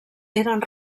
eren